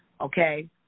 okay